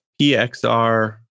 PXR